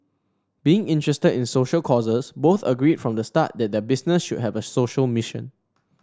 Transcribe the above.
being interested in social causes both agreed from the start that their business should have a social mission